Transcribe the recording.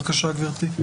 בבקשה, גברתי.